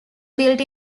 built